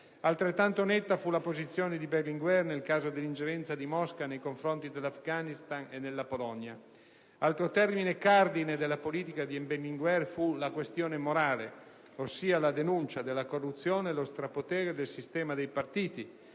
Altrettanto netta fu la posizione di Berlinguer nel caso dell'ingerenza di Mosca nei confronti dell'Afghanistan e della Polonia. Altro tema cardine della politica di Berlinguer fu la questione morale, ossia la denuncia della corruzione e dello strapotere del sistema dei partiti.